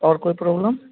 और कोई प्रॉब्लम